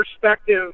perspective